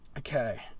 Okay